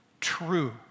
true